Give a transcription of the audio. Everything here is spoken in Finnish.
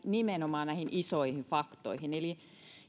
nimenomaan näihin isoihin faktoihin eli